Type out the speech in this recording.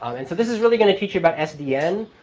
um and so this is really going to teach you about sdn.